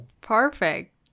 Perfect